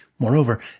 Moreover